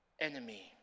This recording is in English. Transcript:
enemy